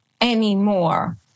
anymore